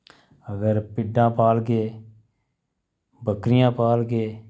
अगर भिड्डां पालगे बक्करियां पालगे